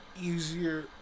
Easier